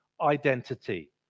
identity